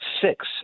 Six